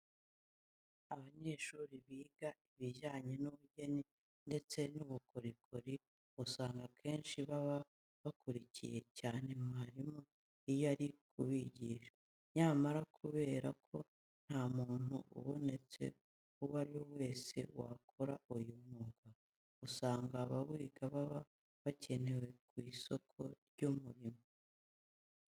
Abanyeshuri biga ibijyanye n'ubugeni ndetse n'ubukorikori usanga akenshi baba bakurikiye cyane umwarimu iyo ari kubigisha. Nyamara kubera ko nta muntu ubonetse uwo ari we wese wakora uyu mwuga, usanga abawiga baba bakenewe ku isoko ry'umurimo.